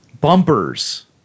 bumpers